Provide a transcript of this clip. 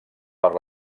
per